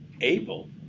able